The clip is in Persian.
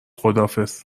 خداحافظ